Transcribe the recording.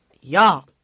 y'all